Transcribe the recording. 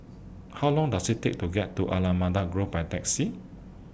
How Long Does IT Take to get to Allamanda Grove By Taxi